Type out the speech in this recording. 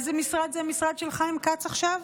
איזה משרד זה המשרד של חיים כץ עכשיו?